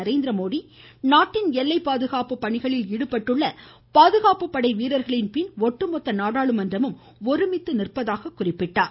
நரேந்திரமோடி நாட்டின் எல்லைப் பாதுகாப்புப் பணிகளில் ஈடுபட்டுள்ள பாதுகாப்புப் படை வீரர்களின் பின் ஒட்டுமொத்த நாடாளுமன்றமும் ஒருமித்த நிற்பதாக குறிப்பிட்டார்